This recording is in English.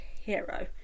Hero